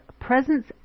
presence